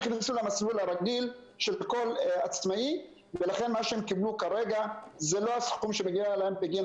ובכל פעם מטרפדים את זה מחדש.